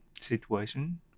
situation